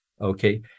okay